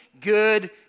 good